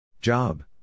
Job